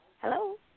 Hello